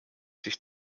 sich